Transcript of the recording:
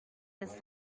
this